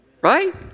right